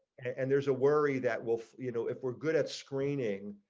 and there's a worry that wolf, you know if we're good at screening.